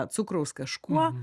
cukraus kažkuo